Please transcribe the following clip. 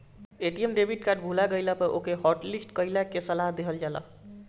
ATM debit card भूला गईला पे ओके हॉटलिस्ट कईला के सलाह देहल जाला